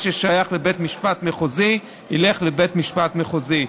מה ששייך לבית משפט מחוזי ילך לבית משפט מחוזי.